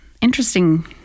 interesting